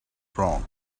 wrong